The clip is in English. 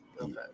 Okay